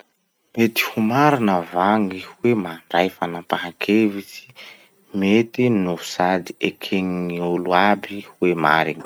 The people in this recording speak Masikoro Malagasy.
Mety ho marina va gny hoe mandray fanapahankevitsy mety ho eken'ny gn'olo iaby hoe mariny?